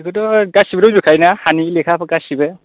बेखौथ' गासिबो दंजोब खायोना हानि लेखाफोर गासिबो